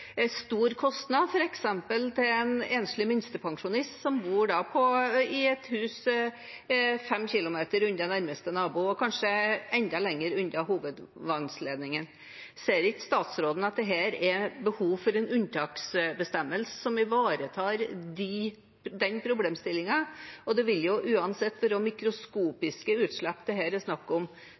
stor kostnad, f.eks. for en enslig minstepensjonist som bor i et hus 5 km unna nærmeste nabo og kanskje enda lenger unna hovedvannledningen. Ser ikke statsråden at det er behov for en unntaksbestemmelse som ivaretar den problemstillingen? Det vil uansett være mikroskopiske utslipp det her er snakk om.